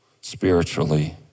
spiritually